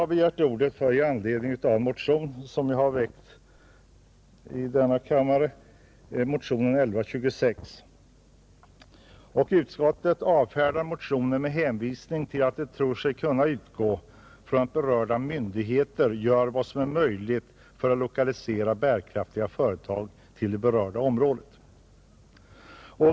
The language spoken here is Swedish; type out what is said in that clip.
Jag begärde ordet i anledning av en motion som jag väckt, motionen 1126. Utskottet avfärdar motionen med hänvisning till att det tror sig kunna utgå ifrån att berörda myndigheter gör vad som är möjligt för att lokalisera bärkraftiga företag till det berörda området.